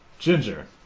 Ginger